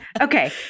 Okay